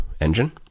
engine